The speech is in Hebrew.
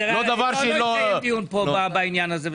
לא יתקיים דיון בעניין הזה.